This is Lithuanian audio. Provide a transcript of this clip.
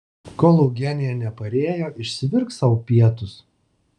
kol eugenija neparėjo išsivirk sau pietus